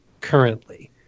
currently